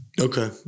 Okay